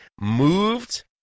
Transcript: moved